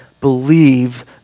believe